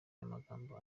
n’amagambo